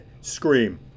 Scream